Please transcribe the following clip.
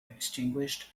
extinguished